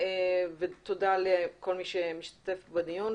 תודה לכל מי שמשתתף בדיון,